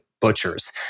butchers